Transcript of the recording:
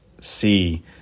see